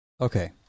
Okay